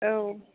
औ